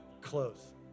close